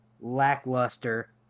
lackluster